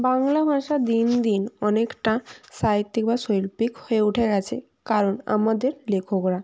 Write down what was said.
বাংলা ভাষা দিন দিন অনেকটা সাহিত্যিক বা শৈল্পিক হয়ে উঠে গেছে কারণ আমাদের লেখকরা